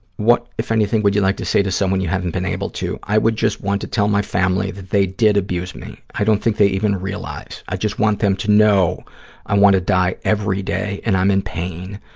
what, if anything, would you like to say to someone you haven't been able to? i would just want to tell my family that they did abuse me. i don't think they even realize. i just want them to know i want to die every day and i'm in pain.